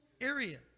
area